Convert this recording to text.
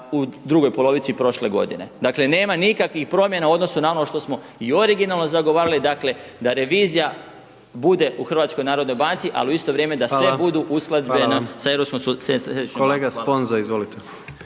u drugoj polovici prošle godine. Dakle, nema nikakvih promjena u odnosu na ono što smo i originalno zagovarali, dakle da revizija bude u HNB-u, ali u isto vrijeme …/Upadica: Hvala./… da sve budu usklađeni sa Europskom središnjom